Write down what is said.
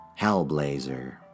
Hellblazer